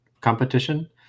competition